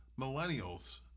millennials